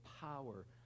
power